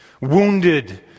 wounded